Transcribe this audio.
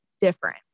different